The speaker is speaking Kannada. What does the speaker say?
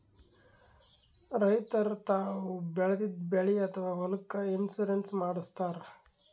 ರೈತರ್ ತಾವ್ ಬೆಳೆದಿದ್ದ ಬೆಳಿ ಅಥವಾ ಹೊಲಕ್ಕ್ ಇನ್ಶೂರೆನ್ಸ್ ಮಾಡಸ್ತಾರ್